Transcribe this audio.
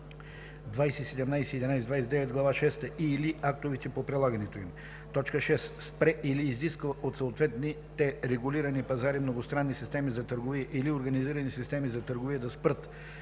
2017/1129, глава шеста и/или актовете по прилагането им; 6. спре или изисква от съответните регулирани пазари, многостранни системи за търговия или организирани системи за търговия да спрат